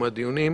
ברמה הפרקטית,